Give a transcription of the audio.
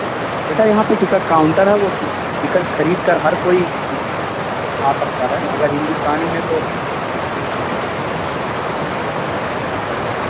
بیٹا یہاں پہ ticket counter ہے وہ ٹکٹ خرید کر ہر کوئی آ سکتا ہے اگر ہندوستانی ہے تو